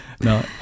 No